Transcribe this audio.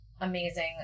amazing